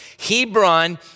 Hebron